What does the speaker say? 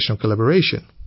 collaboration